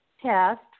test